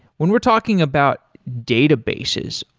when we're talking about databases,